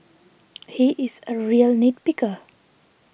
he is a real nit picker